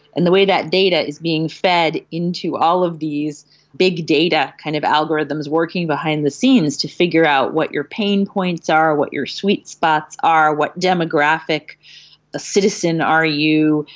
and the way that data is being fed into all of these big data kind of algorithms working behind the scenes to figure out what your pain points are, what your sweet spots are, what demographic a citizen are you,